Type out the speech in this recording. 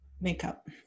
makeup